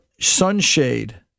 sunshade